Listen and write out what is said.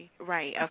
Right